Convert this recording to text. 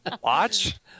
watch